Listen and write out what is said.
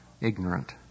ignorant